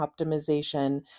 optimization